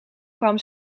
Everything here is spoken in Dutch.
kwam